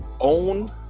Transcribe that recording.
own